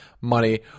money